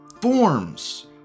forms